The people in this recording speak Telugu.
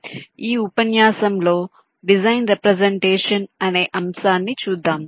కాబట్టి ఈ ఉపన్యాసం లో డిజైన్ రెప్రసెంటేషన్ అనే అంశాన్ని చూద్దాం